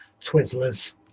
Twizzlers